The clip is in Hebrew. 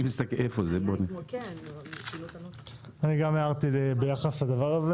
אני גם הערתי ביחס לדבר הזה